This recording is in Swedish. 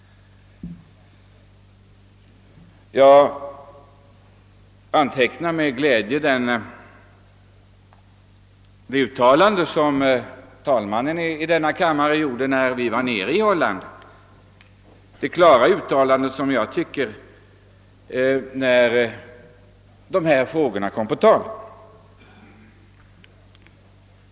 Jag antecknade med glädje det klara uttalande som talmannen i denna kam mare gjorde när dessa frågor kom på tal vid vårt besök i Holland.